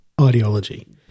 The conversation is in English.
ideology